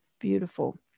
beautiful